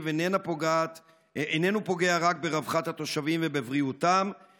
איננו פוגע רק ברווחת התושבים ובבריאותם,